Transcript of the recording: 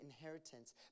inheritance